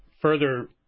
further